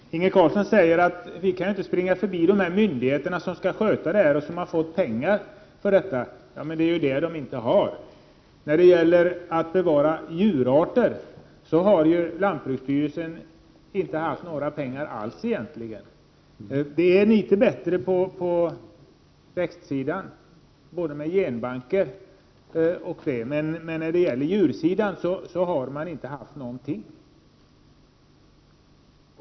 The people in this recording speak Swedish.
Herr talman! Inge Carlsson säger att riksdagen inte kan springa förbi de myndigheter som skall sköta dessa frågor och som har fått pengar för detta. Men de har ju inte pengar. Lantbruksstyrelsen har egentligen inte haft några pengar alls för att bevara djurarter. Det är litet bättre på växtsidan, bl.a. med genbanker, men på djursidan har man inte haft någonting.